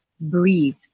Breathe